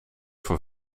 voor